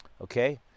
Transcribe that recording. Okay